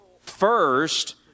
First